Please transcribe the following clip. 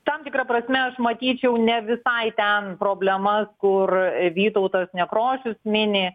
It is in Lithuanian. tam tikra prasme aš matyčiau ne visai ten problema kur vytautas nekrošius mini